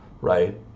right